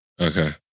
Okay